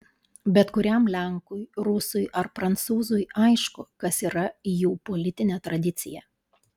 bet kuriam lenkui rusui ar prancūzui aišku kas yra jų politinė tradicija